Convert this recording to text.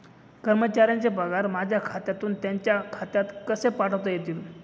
कर्मचाऱ्यांचे पगार माझ्या खात्यातून त्यांच्या खात्यात कसे पाठवता येतील?